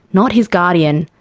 not his guardian,